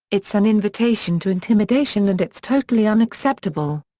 it's an invitation to intimidation and it's totally unacceptable.